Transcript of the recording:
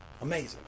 amazing